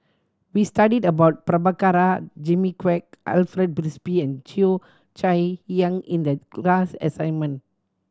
we studied about Prabhakara Jimmy Quek Alfred Frisby and Cheo Chai Hiang in the class assignment